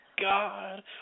God